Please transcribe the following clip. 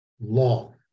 long